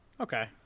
Okay